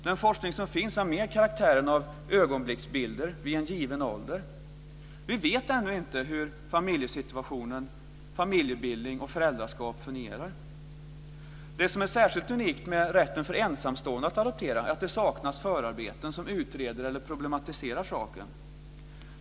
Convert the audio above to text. Den forskning som finns har mer karaktären av ögonblicksbilder vid en given ålder. Vi vet ännu inte hur familjesituationen, familjebildning och föräldraskap fungerar. Det som är särskilt unikt med rätten för ensamstående att adoptera är att det saknas förarbeten som utreder eller problematiserar saken.